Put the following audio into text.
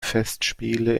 festspiele